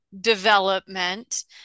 development